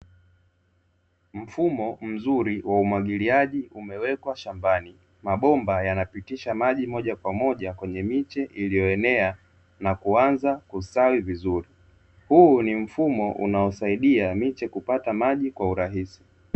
Mfumo mzuri wa umwagiliaji umewekwa shambani mabomba yanapitisha maji moja kwa moja kwenye miche uliyoenea na kuanza kustawi vizuri. Huu ni mfumo unaosaidia miche kupata maji kwa urahisi.